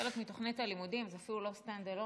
חלק מתוכנית הלימודים זה אפילו לא stand alone,